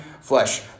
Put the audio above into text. flesh